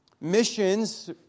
Missions